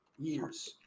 years